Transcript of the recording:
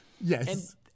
Yes